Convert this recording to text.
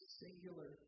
singular